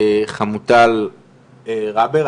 חמוטל רבר,